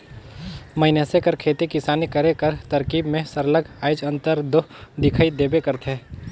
मइनसे कर खेती किसानी करे कर तरकीब में सरलग आएज अंतर दो दिखई देबे करथे